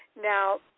Now